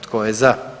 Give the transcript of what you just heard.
Tko je za?